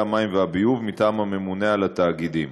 המים והביוב מטעם הממונה על התאגידים,